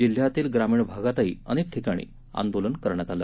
जिल्ह्यातील ग्रामीण भागातही अनेक ठिकाणी आंदोलन करण्यात आलं